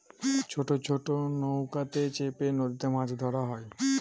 ছোট ছোট নৌকাতে চেপে নদীতে মাছ ধরা হয়